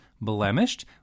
blemished